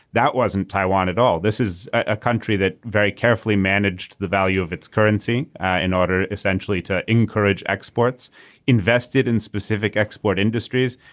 that wasn't taiwan at all. this is a country that very carefully managed the value of its currency in order essentially to encourage exports invested in specific export industries.